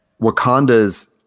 Wakanda's